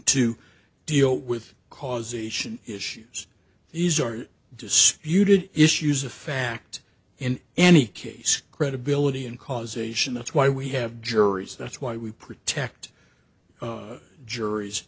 to deal with causation issues these are disputed issues of fact in any case credibility and causation that's why we have juries that's why we protect juries